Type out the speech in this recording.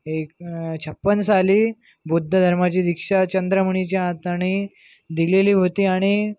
एक छप्पन्न साली बुद्ध धर्माची दीक्षा चंद्रमणीच्या हाताने दिलेली होती आणि